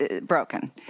broken